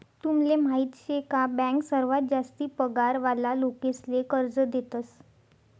तुमले माहीत शे का बँक सर्वात जास्ती पगार वाला लोकेसले कर्ज देतस